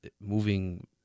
moving